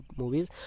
movies